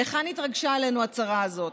מהיכן התרגשה עלינו הצרה הזאת?